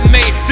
made